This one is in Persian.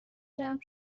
جمع